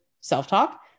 self-talk